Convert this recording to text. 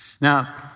Now